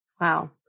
Wow